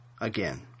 again